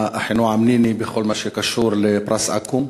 אחינועם ניני בכל מה שקשור לפרס אקו"ם,